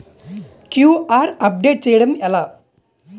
QR update చేయడం ఎలా?